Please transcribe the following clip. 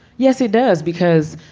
yes, it does. because